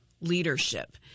leadership